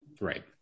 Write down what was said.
Right